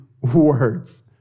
words